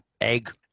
egg